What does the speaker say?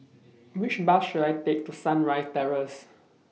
Which Bus should I Take to Sunrise Terrace